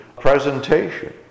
presentation